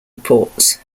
reports